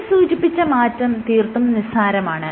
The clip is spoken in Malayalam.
മേൽ സൂചിപ്പിച്ച മാറ്റം തീർത്തും നിസാരമാണ്